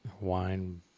wine